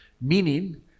Meaning